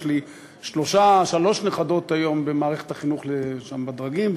יש לי שלוש נכדות היום במערכת החינוך, שם בדרגים,